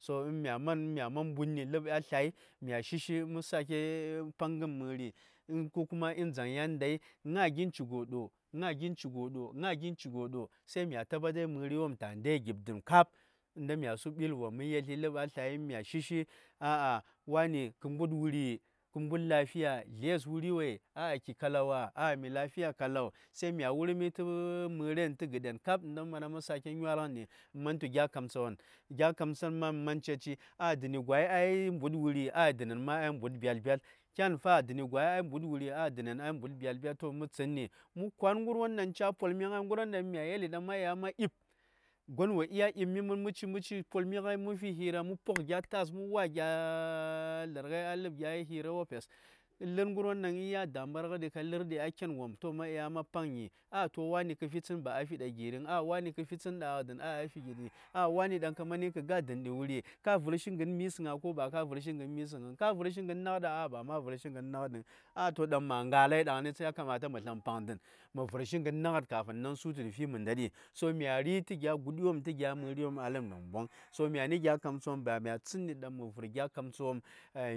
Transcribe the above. So in mya man mya man mbudni ləb ya tlyai mya shi-shi mə sake paŋən mə:ri ko kuma in dzaŋ ya ndai, ŋa: gin ci gwos ɗo-ŋa gin ci gwos ɗo, sai mya tabbatari məri wom ta ndai gəb-dən kap nda mya su ɓə:l wopm mə yetli ləb ya tlyai in mya shishi, a’a wa:ni kə mbud wuri? Ke mbud lafiya? Zles wuri wey? ah, ki kalauwa, ah mi kalau. To mya wuru mi tə mə:ren tə gəden kap nda mə sake nyalgən ɗi mə man tu gya kamtsa wopm. Gya kamtsan ma: ma slən cetshi, ah, dənni gwai a yi mbud wuri? Ah, dənnen a yi mbud byatl-byatl. Kyan fa? dənni gwai a yi mbud wuri? Ah, dənnen a yi mbud byatl-byatl. To mə tsəni mə kwa:n gərwon ɗaŋ ca: polmighai, gərwon ɗaŋ mya yeli ɗaŋ ma ɗya ma di:p. Gwon wo ɗya di:p mi mən, ma ci-ma ci polmi ghai, mə fi hira, mə pok gya ta:s, mə wa: gya zlar a ləb gya hira wopes. Idan gərwon ɗaŋ ya dambargə ɗi ka lə:r ɗi a ken wopm to ma ɗya ma paŋni, ah to wa:ni kə fi tsən ba a fi ɗa gi:rin-ah wa:ni ke fi tsən ɗaghə dən a fi ɗa gi:ri-ah wa:ni ɗaŋ kə mani kə dəni wuri? Ka vərshi gən mi:səŋ ko ba ka vərshin gən mi:sən vəŋ, ka vcərshi gən naghatda? a'a ba ma vərshi gən nagatdəŋ, ah to ɗaŋ ma ngalai a kamata mə slən paŋ dən, mə vərshi gən naghat kafin dzaŋ tə ndai. So mya ri: tə gya guɗi wopm tə mə:ri wopm a ləb namboŋ. Mya:ni gya kamtsa wopm mya tsənni ba mya vər gya kamtsa wopm